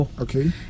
okay